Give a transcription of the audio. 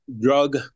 drug